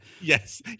Yes